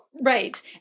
Right